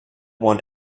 want